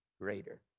greater